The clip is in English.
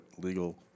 legal